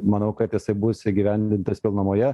manau kad jisai bus įgyvendintas pilnumoje